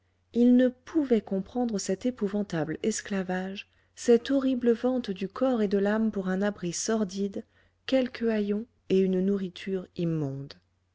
il ne pouvait comprendre cet épouvantable esclavage cette horrible vente du corps et de l'âme pour un abri sordide quelques haillons et une nourriture immonde